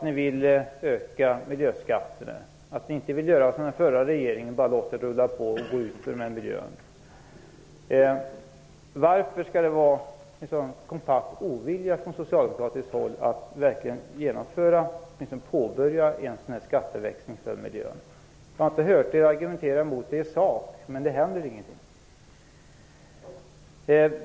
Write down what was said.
Ni vill ju öka miljöskatterna och inte göra som den förra regeringen och bara låta det rulla på och gå ut över miljön. Varför skall det vara en så kompakt ovilja från Socialdemokratiskt håll mot att verkligen påbörja en skatteväxling för miljön? Det argumenteras inte emot det i sak, men det händer ingenting.